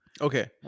Okay